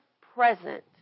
present